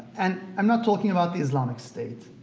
and i'm not talking about the islamic state.